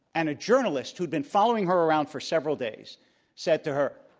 and a journalist who'd been following her around for several days said to her,